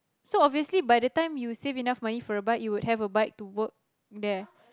so obviously by the time you save enough money for a bike you would have a bike to work there